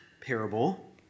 parable